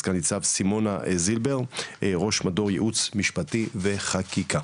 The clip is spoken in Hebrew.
סנ"צ סימונה זילבר רמ"ד ייעוץ משפטי וחקיקה